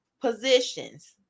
positions